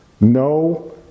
no